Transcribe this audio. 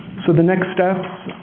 so the next steps.